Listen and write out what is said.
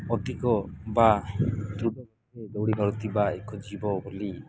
ଅଧିକ ବା ଦୌଡ଼ି ପାରୁଥିବା ଏକ ଜୀବ ବୋଲି